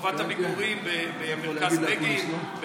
חובת הביקורים במרכז בגין,